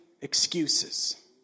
excuses